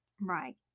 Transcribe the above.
right